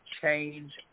change